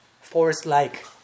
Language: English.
forest-like